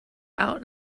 out